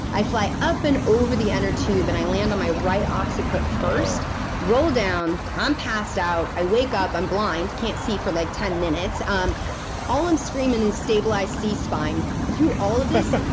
i fly up and over the inner tube, and i land on my right occiput first oh roll down. i'm passed out. i wake up, i'm blind, can't see for like, ten minutes. um all i'm screaming is, stabilize c spine. through all of this.